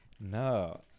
No